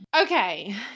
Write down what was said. Okay